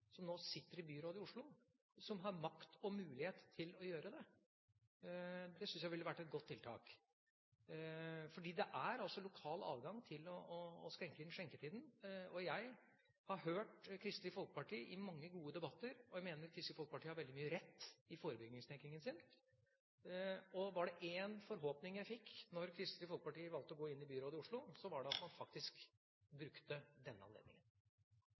som nå sitter i byrådet i Oslo, og som har makt og mulighet til å gjøre det. Det syns jeg ville vært et godt tiltak, for det er altså lokal adgang til å innskrenke skjenketida. Jeg har hørt Kristelig Folkeparti i mange gode debatter. Jeg mener Kristelig Folkeparti har veldig mye rett i forebyggingstenkningen sin, og var det én forhåpning jeg fikk da Kristelig Folkeparti valgte å gå inn i byrådet i Oslo, var det at man faktisk brukte denne anledningen.